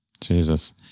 Jesus